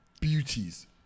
beauties